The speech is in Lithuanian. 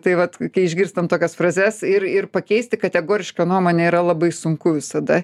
tai vat kai išgirstam tokias frazes ir ir pakeisti kategorišką nuomonę yra labai sunku visada